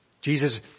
Jesus